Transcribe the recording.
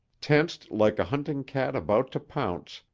tensed like a hunting cat about to pounce,